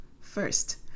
first